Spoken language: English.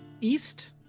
east